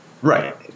Right